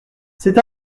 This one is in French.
c’est